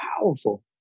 powerful